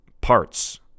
parts